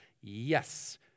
Yes